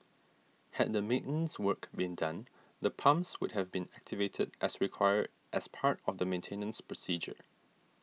had the maintenance work been done the pumps would have been activated as required as part of the maintenance procedure